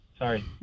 Sorry